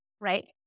right